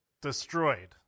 destroyed